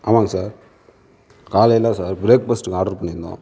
ஆமாங்க சார் காலையில் சார் ப்ரேக் ஃபாஸ்ட்க்கு ஆட்ரு பண்ணியிருந்தோம்